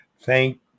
thank